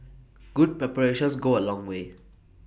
good preparations go A long way